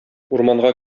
урманга